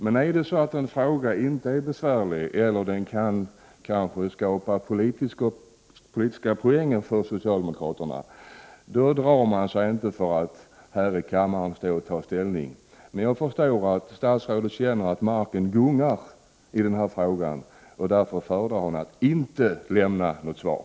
Men om en fråga inte är besvärlig eller kanske rent av kan skapa politiska poäng för socialdemokraterna, drar man sig inte för att här i kammaren stå och ta ställning. Men jag förstår att statsrådet känner att marken gungar i den här frågan och därför föredrar att inte lämna något svar.